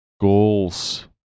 Goals